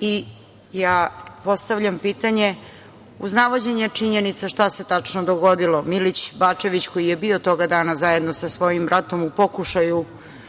i ja postavljam pitanje, uz navođenje činjenica šta se tačno dogodilo. Milić – Bačević koji je bio toga dana zajedno sa svojim bratom u pokušaju